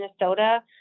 Minnesota